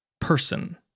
person